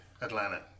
Atlanta